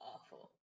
awful